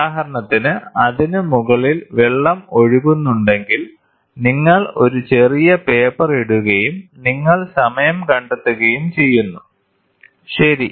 ഉദാഹരണത്തിന് അതിന് മുകളിൽ വെള്ളം ഒഴുകുന്നുണ്ടെങ്കിൽ നിങ്ങൾ ഒരു ചെറിയ പേപ്പർ ഇടുകയും നിങ്ങൾ സമയം കണ്ടെത്തുകയും ചെയ്യുന്നു ശരി